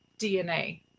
DNA